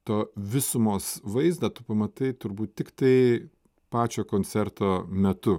to visumos vaizdą tu pamatai turbūt tiktai pačio koncerto metu